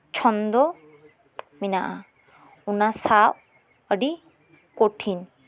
ᱪᱷᱚᱱᱫᱚ ᱢᱮᱱᱟᱜᱼᱟ ᱚᱱᱟ ᱥᱟᱵ ᱟᱹᱰᱤ ᱠᱚᱴᱷᱤᱱ